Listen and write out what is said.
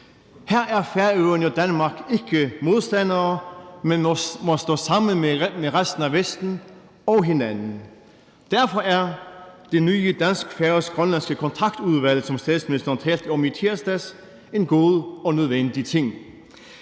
Her er Færøerne og Danmark ikke modstandere, men må stå sammen med resten af Vesten – og hinanden. Derfor er det nye dansk-færøsk-grønlandske Kontaktudvalg, som statsministeren talte om i tirsdags, en god og nødvendig ting.